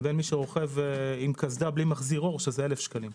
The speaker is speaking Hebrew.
לבין מי שרוכב עם קסדה ללא מחזיר אור שזה אלף שקלים.